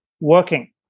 working